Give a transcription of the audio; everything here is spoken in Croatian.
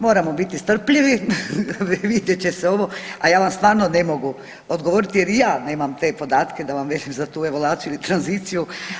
Moramo biti strpljivi, vidjet će se ovo, a ja vam stvarno ne mogu odgovoriti jer i ja nemam te podatke da vam velim za tu evaluaciju ili tranziciju.